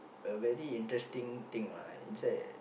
a very interesting thing lah inside